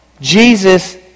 Jesus